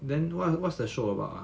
then what what's the show about ah